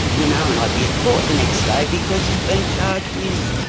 you know and i'd be at court the next day because she'd been charged with,